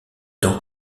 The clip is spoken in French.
temps